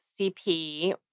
CP